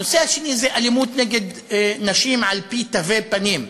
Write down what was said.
הנושא השני הוא אלימות נגד נשים על-פי תווי פנים.